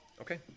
Okay